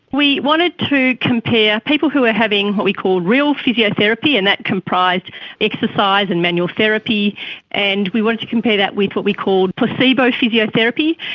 we wanted to compare people who were having what we call real physiotherapy, and that comprised exercise and manual therapy and we wanted to compare that with what we called placebo physiotherapy.